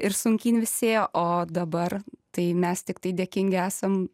ir sunkyn vis ėjo o dabar tai mes tiktai dėkingi esam